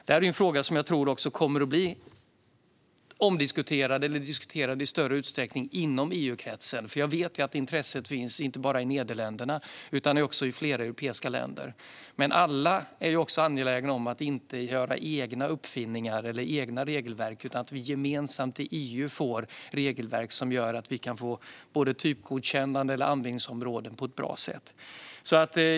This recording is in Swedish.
Detta är en fråga som jag tror kommer att diskuteras i större utsträckning inom EU-kretsen. Jag vet att det finns ett intresse inte bara i Nederländerna utan också i fler europeiska länder. Alla är angelägna om att inte göra egna uppfinningar eller regelverk och att vi gemensamt inom EU får regelverk som gör att vi kan få både typgodkännande och användningsområden på ett bra sätt.